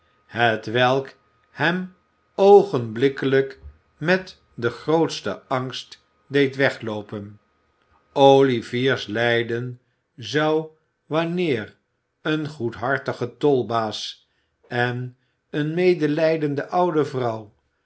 hetwelk hem oogenblikkelijk met den grootsten angst deed wegloopen olivier's lijden zou wanneer een goedhartige tolbaas en eene medelijdende oude vrouw